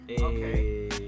Okay